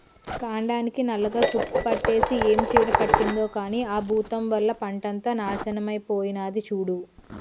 కాండానికి నల్లగా తుప్పుపట్టేసి ఏం చీడ పట్టిందో కానీ ఆ బూతం వల్ల పంటంతా నాశనమై పోనాది సూడూ